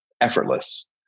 effortless